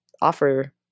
offer